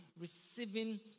receiving